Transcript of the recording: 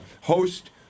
host